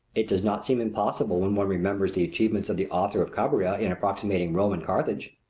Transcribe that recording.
it does not seem impossible when one remembers the achievements of the author of cabiria in approximating rome and carthage.